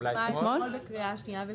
התקבלה אתמול בקריאה שנייה ושלישית.